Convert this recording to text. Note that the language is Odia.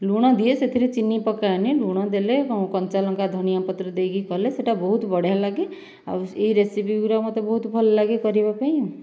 ଲୁଣ ଦିଏ ସେଥିରେ ଚିନି ପକାଏନି ଲୁଣ ଦେଲେ କଞ୍ଚା ଲଙ୍କା ଧନିଆପତ୍ର ଦେଇକି କଲେ ସେଇଟା ବହୁତ ବଢ଼ିଆ ଲାଗେ ଆଉ ସେଇ ରେସିପି ଗୁଡ଼ିକ ମୋତେ ବହୁତ ଭଲ ଲାଗେ କରିବା ପାଇଁ ଆଉ